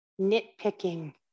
nitpicking